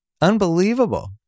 Unbelievable